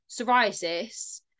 psoriasis